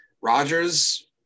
Rogers